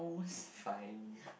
fine